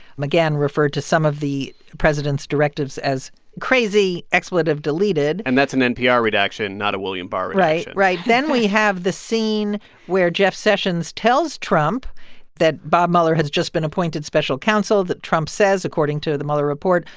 mcgahn referred to some of the president's directives as crazy expletive deleted and that's an npr redaction, not a william barr redaction right. right. then we have the scene where jeff sessions tells trump that bob mueller has just been appointed special counsel, that trump says, according to the mueller report,